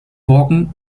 morgen